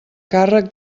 càrrec